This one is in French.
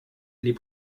les